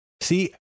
See